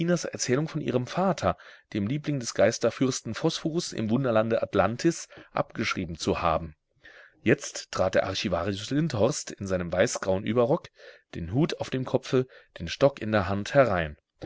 erzählung von ihrem vater dem liebling des geisterfürsten phosphorus im wunderlande atlantis abgeschrieben zu haben jetzt trat der archivarius lindhorst in seinem weißgrauen überrock den hut auf dem kopfe den stock in der hand herein